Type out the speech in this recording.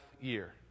year